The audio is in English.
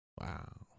Wow